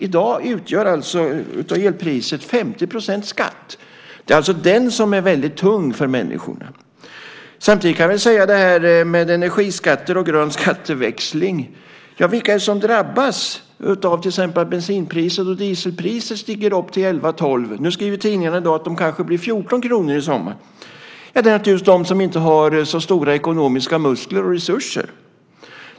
I dag utgörs elpriset till 50 % av skatt. Det är alltså den som är väldigt tung för människorna. Samtidigt kan man tala om det här med energiskatter och grön skatteväxling. Ja, vilka är det som drabbas av till exempel att bensinpriset och dieselpriset stiger till 11-12 kr? Nu skriver tidningarna att priset kanske blir 14 kr i sommar. Ja, det är naturligtvis de som inte har så stora ekonomiska muskler och resurser.